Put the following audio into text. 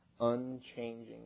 unchanging